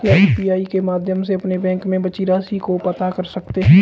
क्या यू.पी.आई के माध्यम से अपने बैंक में बची राशि को पता कर सकते हैं?